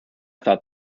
thought